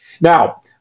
Now